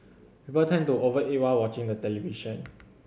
people tend to over eat while watching the television